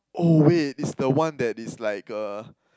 oh wait is the one that is like a